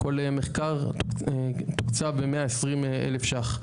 כל מחקר תוקצב ב-120,000 שקלים.